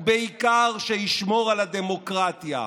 ובעיקר, שישמור על הדמוקרטיה.